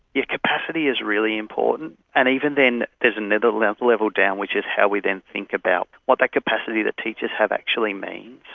yeah capacity is really important, and even then there is another level level down which is how we then think about what that capacity that teachers have actually means.